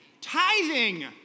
Tithing